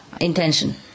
intention